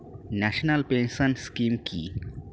National pension scheme কি?